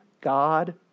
God